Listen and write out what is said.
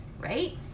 right